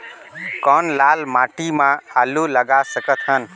कौन लाल माटी म आलू लगा सकत हन?